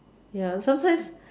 ya sometimes